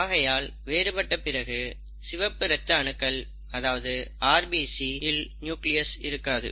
ஆகையால் வேறுபட்ட பிறகு சிகப்பு இரத்த அணுக்கள் அதாவது RBC இல் நியூக்லியஸ் இருக்காது